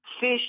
Fish